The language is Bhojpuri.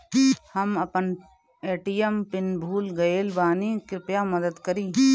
हम अपन ए.टी.एम पिन भूल गएल बानी, कृपया मदद करीं